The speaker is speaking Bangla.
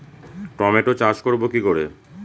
টমেটো চাষ করব কি করে?